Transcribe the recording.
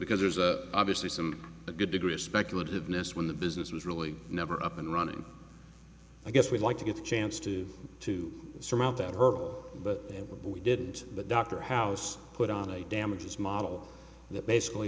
because there's a obviously some good degree of speculative ness when the business was really never up and running i guess we'd like to get a chance to to surmount that hurdle but we didn't but dr house put on a damages model that basically